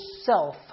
self